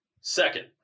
Second